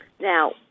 Now